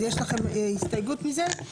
יש לכם הסתייגות מזה?